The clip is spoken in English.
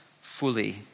fully